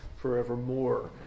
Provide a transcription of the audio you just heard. forevermore